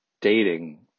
dating